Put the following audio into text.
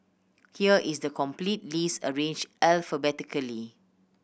here is the complete list arranged alphabetically